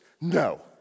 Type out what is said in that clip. No